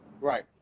right